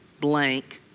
blank